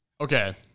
Okay